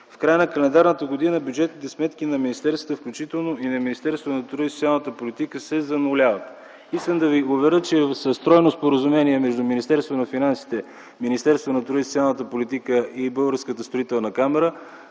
В края на календарната година бюджетните сметки на министерствата, включително и на Министерството на труда и социалната политика, се зануляват. Искам да ви уверя, че с тройно споразумение между Министерството на финансите, Министерството на труда и социалната политика и Българската строителна камара